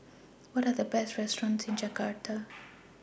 What Are The Best restaurants in Jakarta